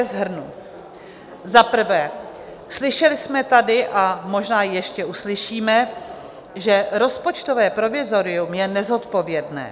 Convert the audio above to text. Za prvé, slyšeli jsme tady a možná ještě uslyšíme, že rozpočtové provizorium je nezodpovědné.